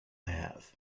have